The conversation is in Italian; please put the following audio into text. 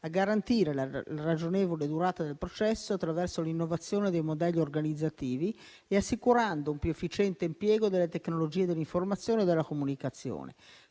a garantire la ragionevole durata del processo attraverso l'innovazione dei modelli organizzativi e assicurando un più efficiente impiego delle tecnologie dell'informazione e della comunicazione.